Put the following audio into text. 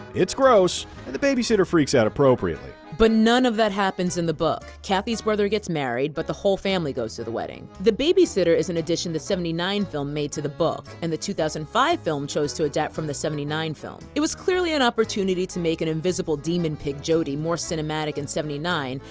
it's gross, and the babysitter freaks out appropriately. but none of that happens in the book. cathy's brother gets married but the whole family goes to the wedding. the babysitter is an addition the seventy nine film made to the book and the two thousand and five film chose to adapt from the seventy nine film. it was clearly an opportunity to make an invisible demon pig jody more cinematic in seventy nine.